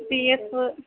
PF